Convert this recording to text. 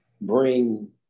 bring